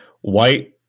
white